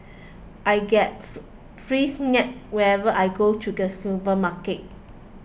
I get free snacks whenever I go to the supermarket